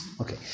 okay